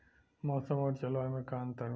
मौसम और जलवायु में का अंतर बा?